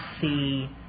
see